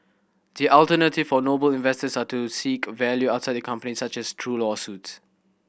the alternative for Noble investors are to seek value outside the company such as through lawsuits